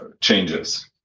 changes